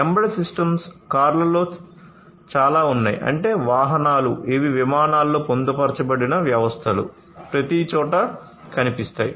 embedded systems కార్లలో చాలా ఉన్నాయి అంటే వాహనాలు ఇవి విమానాలలో పొందుపరచబడిన వ్యవస్థలు ప్రతిచోటా కనిపిస్తాయి